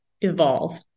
evolve